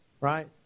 right